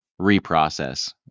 reprocess